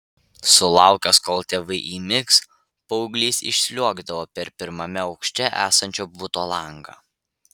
sulaukęs kol tėvai įmigs paauglys išsliuogdavo per pirmame aukšte esančio buto langą